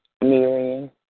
Miriam